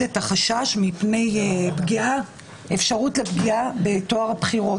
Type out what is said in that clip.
החשש מפני אפשרות לפגיעה בטוהר הבחירות.